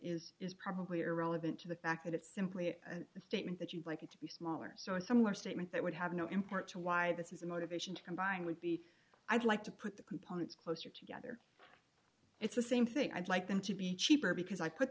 is is probably irrelevant to the fact that it's simply a statement that you'd like it to be smaller so it's somewhere statement that would have no import to why this is a motivation to combine would be i'd like to put the components closer together it's the same thing i'd like them to be cheaper because i put